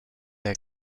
der